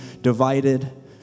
divided